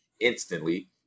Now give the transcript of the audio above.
instantly